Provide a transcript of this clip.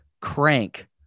Crank